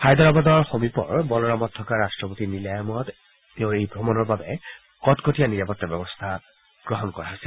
হায়দৰাবাদৰ সমীপৰ বলাৰামত থকা ৰট্টপতি নিলায়মত তেওঁৰ এই ভ্ৰমণৰ বাবে কটকটীয়া নিৰাপতা ব্যৱস্থা গ্ৰহণ কৰা হৈছে